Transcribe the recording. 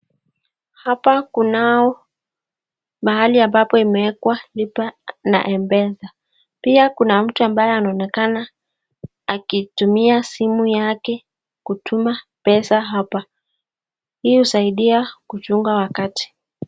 Hapa kunao mahali ambapo imeekwa lipa na m-pesa, Pia kuna mtu ambaye anaonekana akitumia simu yake kutuma pesa hapa, hii husaidia kuchunga wakati.